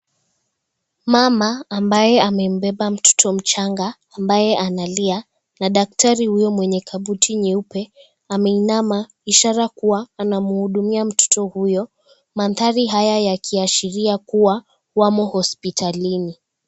Mama ambaye amembeba mtoto mchanga ambaye analia na, daktari huyo mwenye kabuti nyeupe ameinama ishara kuwa anamhudumia mtoto huyo mandhari haya yakiashiria kuwa wamo hospitalini.